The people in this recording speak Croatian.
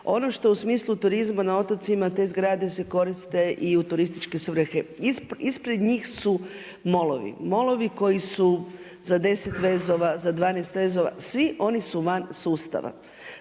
Ono što u smislu turizmu na otocima, te zgrade se koriste i u turističke svrhe. Ispred njih su molovi. Molovi koji su za 10 vezova, za 12 vezova, svi oni su van sustava.